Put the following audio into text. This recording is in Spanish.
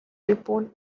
ripoll